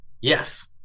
Yes